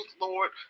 Lord